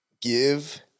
Give